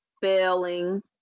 failing